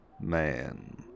man